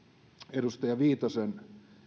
edustaja viitasen